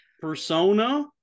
Persona